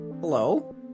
Hello